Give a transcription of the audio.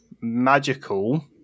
magical